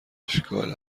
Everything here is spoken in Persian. اشکال